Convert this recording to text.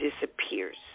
disappears